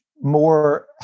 more